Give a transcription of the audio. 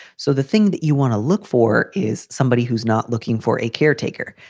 so the thing that you want to look for is somebody who's not looking for a caretaker.